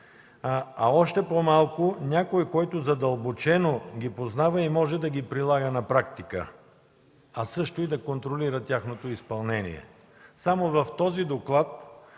а още по-малко някой, който задълбочено ги познава и може да ги прилага на практика, а също и да контролира тяхното изпълнение. Само в този доклад